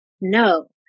no